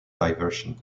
diversion